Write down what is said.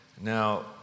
Now